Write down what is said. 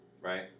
Right